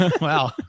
wow